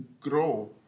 grow